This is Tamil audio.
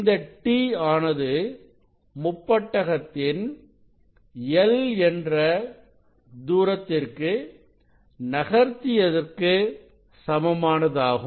இந்த t ஆனது முப்பட்டகத்தின் l என்ற தூரத்திற்கு நகர்த்தியதற்கு சமமானதாகும்